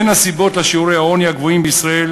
בין הסיבות לשיעורי העוני הגבוהים בישראל